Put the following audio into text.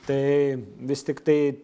tai vis tiktai